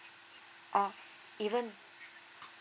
oh even